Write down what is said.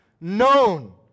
known